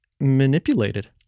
manipulated